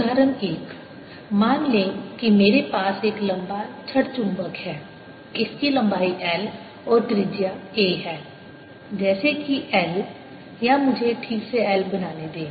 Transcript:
उदाहरण एक मान लें कि मेरे पास एक लंबा छड़ चुंबक है इसकी लंबाई L और त्रिज्या a है जैसे कि L या मुझे ठीक से L बनाने दें